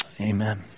Amen